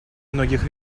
многих